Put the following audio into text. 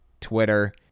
Twitter